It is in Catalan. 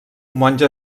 monja